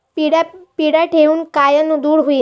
पिढ्या ढेकूण कायनं दूर होईन?